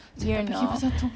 you know